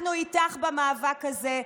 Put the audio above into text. אנחנו איתך במאבק הזה.